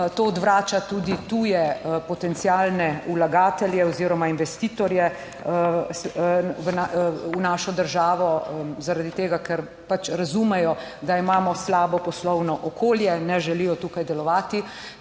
To odvrača tudi tuje potencialne vlagatelje oziroma investitorje v našo državo, zaradi tega, ker pač razumejo, da imamo slabo poslovno okolje, ne želijo tukaj delovati,